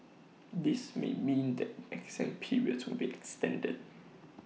this may mean that exam periods will be extended